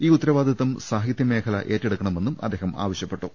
ഈ ഉത്തരവാദിത്വം സാഹിത്യമേഖല ഏറ്റെടുക്കണ മെന്നും അദ്ദേഹം ആവശ്യപ്പെട്ടു